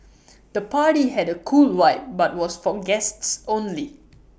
the party had A cool vibe but was for guests only